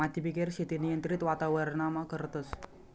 मातीबिगेर शेती नियंत्रित वातावरणमा करतस